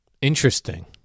Interesting